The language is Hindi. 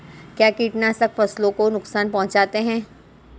क्या कीटनाशक फसलों को नुकसान पहुँचाते हैं?